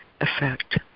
effect